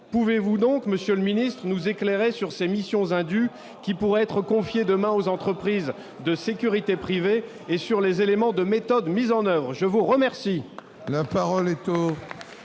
pouvez-vous donc Monsieur le Ministre, nous éclairer sur ses missions indues qui pourrait être confié demain aux entreprises de sécurité privées et sur les éléments de méthodes mises en oeuvre, je vous remercie.